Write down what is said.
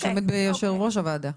יושב ראש הוועדה.